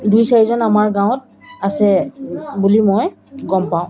দুই চাৰিজন আমাৰ গাঁৱত আছে বুলি মই গম পাওঁ